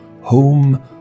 home